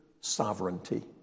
sovereignty